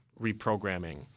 reprogramming